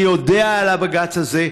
אני יודע על הבג"ץ הזה.